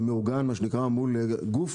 זה מעוגן מול גוף